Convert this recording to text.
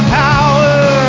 power